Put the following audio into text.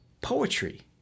poetry